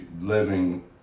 living